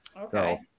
okay